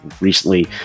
Recently